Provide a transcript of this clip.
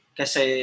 kasi